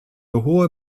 hohe